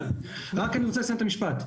אני רוצה לסיים את המשפט.